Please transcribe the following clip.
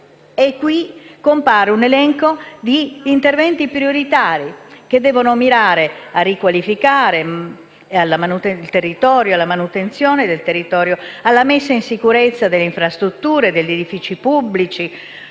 3 compare un elenco di interventi prioritari che devono mirare alla riqualificazione e manutenzione del territorio, alla messa in sicurezza delle infrastrutture e degli edifici pubblici